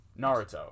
Naruto